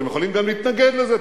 אתם יכולים גם להתנגד לזה,